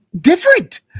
different